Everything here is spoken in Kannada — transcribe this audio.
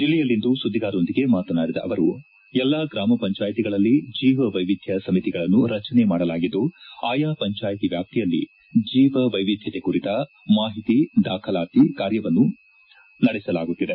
ಜಿಲ್ಲೆಯಲ್ಲಿಂದು ಸುದ್ವಿಗಾರರೊಂದಿಗೆ ಮಾತನಾಡಿದ ಅವರು ಎಲ್ಲಾ ಗ್ರಾಮ ಪಂಚಾಯಿತಿಗಳಲ್ಲಿ ಜೀವ ವೈವಿಧ್ಯ ಸಮಿತಿಗಳನ್ನು ರಚನೆ ಮಾಡಲಾಗಿದ್ದು ಆಯಾ ಪಂಚಾಯಿತಿ ವ್ಯಾಪ್ತಿಯಲ್ಲಿ ಜೀವ ವೈವಿಧ್ಯಕೆ ಕುರಿತ ಮಾಹಿತಿ ದಾಖಲಾತಿ ಕಾರ್ಯವನ್ನು ನಡೆಸಲಾಗುತ್ತಿದೆ